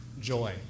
joy